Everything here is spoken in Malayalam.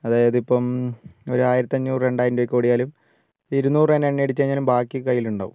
അതായത് ഇപ്പം ഒരു ആയിരത്തി അഞ്ഞൂറ് രണ്ടായിരം രൂപയ്ക്ക് ഓടിയാലും ഇരുന്നൂറ് രൂപേന്റെ എണ്ണ അടിച്ച് കഴിഞ്ഞാലും ബാക്കി കയ്യിലുണ്ടാകും